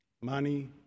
money